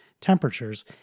temperatures